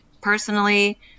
personally